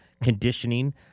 conditioning